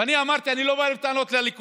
ואני אמרתי שאני לא בא בטענות לליכוד.